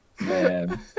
man